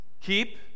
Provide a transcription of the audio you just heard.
Keep